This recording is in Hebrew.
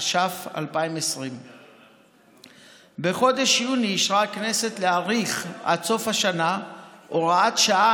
התש"ף 2020. בחודש יוני אישרה הכנסת להאריך עד סוף השנה הוראת שעה